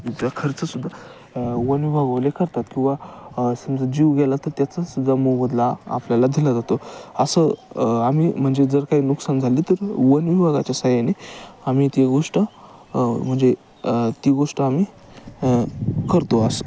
च्या खर्चसुद्धा वनविभागवाले करतात किंवा समजा जीव गेला तर त्याचासुद्धा मोबदला आपल्याला दिला जातो असं आम्ही म्हणजे जर काही नुकसान झालं तर मग वनविभागाच्या साहाय्याने आम्ही ती गोष्ट म्हणजे ती गोष्ट आम्ही करतो असं